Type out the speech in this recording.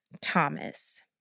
Thomas